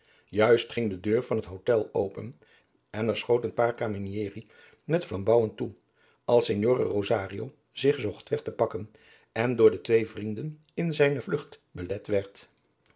juist ging de deur van het hotel open en er schoot een paar adriaan loosjes pzn het leven van maurits lijnslager camierieri met flambouwen toe als signore rosario zich zocht weg te pakken en door de twee vrienden in zijne vlugt belet